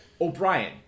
O'Brien